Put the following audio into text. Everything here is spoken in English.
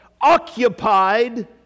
occupied